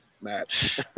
match